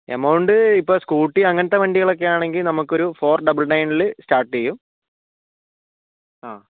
amount ഇപ്പോൾ scooty അങ്ങനത്തെ വണ്ടികളൊക്കെ ആണെങ്കിൽ നമ്മൾക്കൊരു ഫോർ ഡബിൾ നയണിൽ സ്റ്റാർട്ട് ചെയ്യും ആ